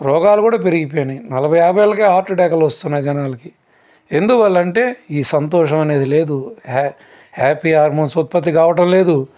రోగాలు కూడా పెరిగిపోయినాయి నలభై యాభై ఏళ్లకే హార్టేటాక్లు వస్తున్నాయి జనాలకి ఎందువల్ల అంటే ఈ సంతోషం అనేది లేదు హ్యాపీ హ్యాపీ హార్మోన్స్ ఉత్పత్తి కావడం లేదు